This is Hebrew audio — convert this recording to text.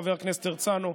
חבר הכנסת הרצנו,